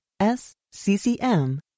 sccm